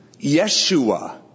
Yeshua